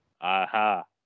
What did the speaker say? Aha